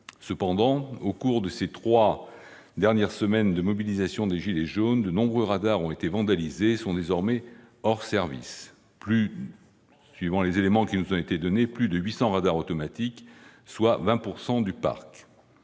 Cependant, au cours de ces trois dernières semaines de mobilisation des « gilets jaunes », de nombreux radars ont été vandalisés et sont désormais hors service- selon les éléments qui nous ont été donnés, plus de 800 radars automatiques, soit 20 % du parc.